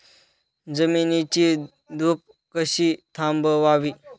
जमिनीची धूप कशी थांबवावी?